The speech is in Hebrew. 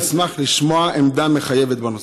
אשמח לשמוע עמדה מחייבת בנושא.